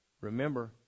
Remember